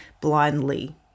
blindly